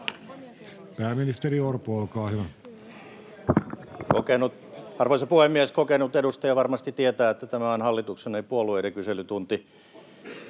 sd) Time: 16:30 Content: Arvoisa puhemies! Kokenut edustaja varmasti tietää, että tämä on hallituksen, ei puolueiden, kyselytunti.